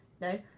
No